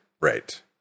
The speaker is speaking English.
right